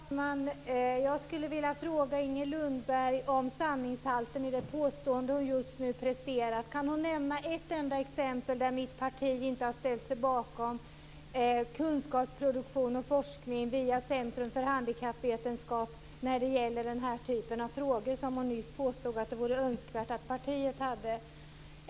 Fru talman! Jag skulle vilja fråga Inger Lundberg om sanningshalten i det påstående som hon just nu presterat. Kan hon nämna ett enda exempel där mitt parti inte har ställt sig bakom kunskapsproduktion och forskning via Centrum för handikappvetenskap när det gäller den här typen av frågor, vilket hon nyss påstod att det vore önskvärt att partiet hade gjort?